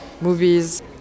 movies